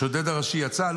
השודד הראשי יצא?